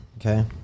okay